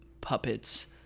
puppets